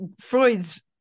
Freud's